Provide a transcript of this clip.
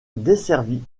desservi